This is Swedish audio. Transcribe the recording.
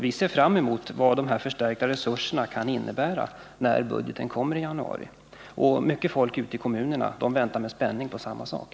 Vi ser fram emot vad de förstärkta resurserna kan innebära, när budgeten kommer i januari. Mycket folk ute i kommunerna väntar med spänning på samma sak.